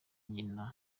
nyina